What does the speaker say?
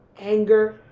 anger